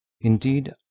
Indeed